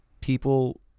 people